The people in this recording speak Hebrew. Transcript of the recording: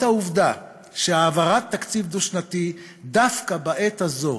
העובדה שהעברת תקציב דו-שנתי דווקא בעת הזו,